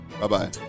Bye-bye